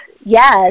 yes